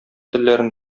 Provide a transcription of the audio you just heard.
телләрен